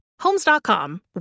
Homes.com